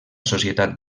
societat